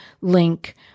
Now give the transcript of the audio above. link